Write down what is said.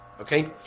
okay